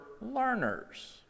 learners